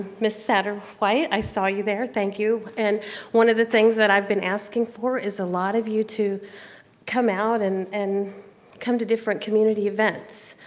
ms. satterwhite, i saw you there, thank you and one of the things that i've been asking for is a lot of you to come out and and come to different community events.